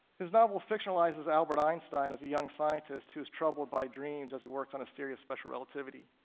his novel fictionalizes albert einstein as a young scientist who is troubled by dreams as he works on his theory of special relativity.